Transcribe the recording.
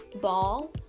ball